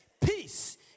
Peace